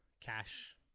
cash